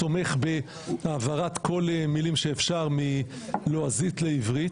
תומך בהעברת כל המילים שאפשר מלועזית לעברית